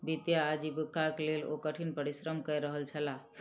वित्तीय आजीविकाक लेल ओ कठिन परिश्रम कय रहल छलाह